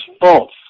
false